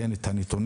תן את הנתונים,